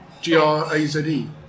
G-R-A-Z-E